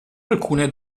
alcune